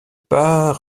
pas